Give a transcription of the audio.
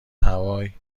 هوای